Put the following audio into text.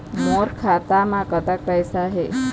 मोर खाता मे कतक पैसा हे?